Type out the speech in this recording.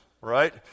right